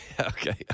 Okay